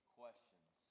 questions